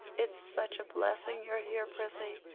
it's such a blessing you're here, prissy.